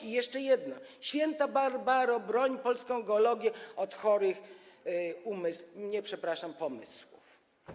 I jeszcze jedno: „Święta Barbaro, broń polską geologię od chorych umysł... nie, przepraszam, pomysłów”